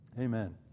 Amen